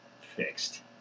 fixed